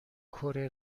کره